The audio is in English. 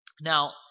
Now